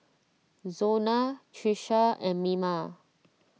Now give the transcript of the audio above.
Zona Tricia and Mima